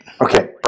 Okay